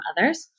others